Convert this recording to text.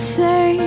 say